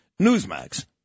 Newsmax